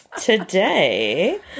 today